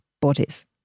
bodies